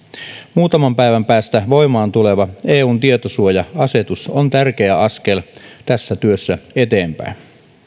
muutaman päivän päästä voimaan tuleva eun tietosuoja asetus on tärkeä askel tässä työssä eteenpäin